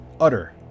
utter